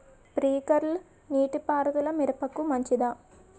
Sprinkler నీటిపారుదల మిరపకు మంచిదా?